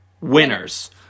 winners